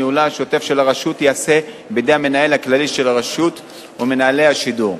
ניהולה השוטף של הרשות ייעשה בידי המנהל הכללי של הרשות ומנהלי השידור.